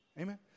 amen